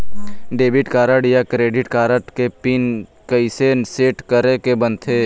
Debit card या credit card के PIN कइसे सेट करे के बनते?